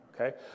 okay